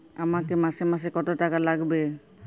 আমাকে মাসে মাসে কত টাকা লাগবে?